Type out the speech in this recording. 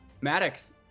Maddox